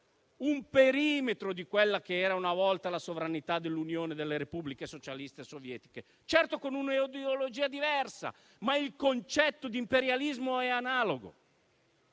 il perimetro di quella che era una volta l'Unione delle repubbliche socialiste sovietiche, certo con un'ideologia diversa, ma il concetto di imperialismo è analogo.